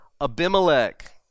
Abimelech